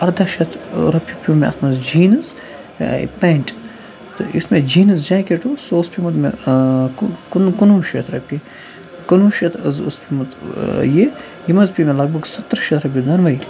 اَرداہ شیٚتھ رۄپیہِ پیوٚ مےٚ اَتھ منٛز جیٖنٕز یہِ پٮ۪نٛٹ تہٕ یُس مےٚ جیٖنٕز جیکٮ۪ٹ اوس سُہ اوس پیوٚمُت مےٚ کُنوُہ شیٚتھ رۄپیہِ کُنوُہ شیٚتھ حظ اوسمُت یہِ یِم حظ پے مےٚ لگ بگ سَترٛہ شیٚتھ رۄپیہِ دۄنوٕے